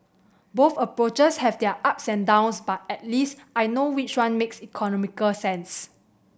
both approaches have their ups and downs but at least I know which one makes economical sense